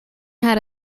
had